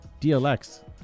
DLX